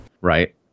Right